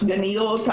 הסגניות,